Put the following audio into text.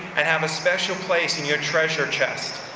and have a special place in your treasure chest.